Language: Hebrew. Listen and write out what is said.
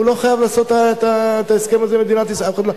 הוא לא חייב לעשות את ההסכם הזה עם מדינת ישראל,